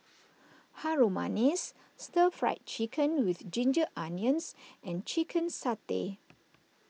Harum Manis Stir Fried Chicken with Ginger Onions and Chicken Satay